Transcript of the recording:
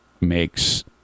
makes